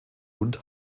und